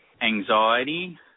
anxiety